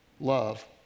love